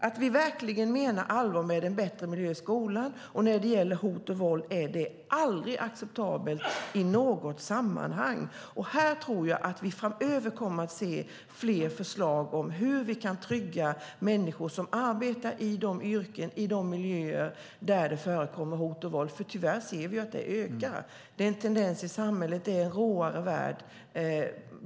Vi menar verkligen allvar med det vi säger om en bättre miljö i skolan, och när det gäller hot och våld är det aldrig acceptabelt i något sammanhang. Här tror jag att vi framöver kommer att se fler förslag om hur vi kan trygga människor som arbetar i de yrken och i de miljöer där det förekommer hot och våld. Tyvärr ser vi att det ökar. Det är en tendens i samhället, och det är en råare värld.